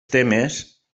temes